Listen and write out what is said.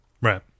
Right